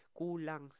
kulang